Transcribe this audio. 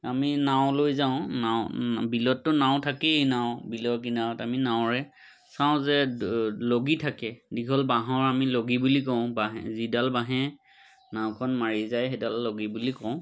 আমি নাও লৈ যাওঁ নাও বিলতটো নাও থাকেই নাও বিলৰ কিনাৰত আমি নাৱৰে চাওঁ যে লগি থাকে দীঘল বাঁহৰ আমি লগি বুলি কওঁ বাঁহে যিডাল বাঁহে নাওখন মাৰি যায় সেইডাল লগি বুলি কওঁ